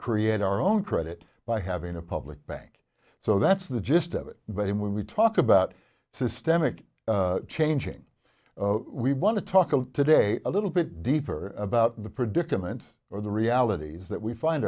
create our own credit by having a public bank so that's the gist of it but when we talk about systemic changing we want to talk about today a little bit deeper about the predicament or the realities that we find